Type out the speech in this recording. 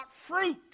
fruit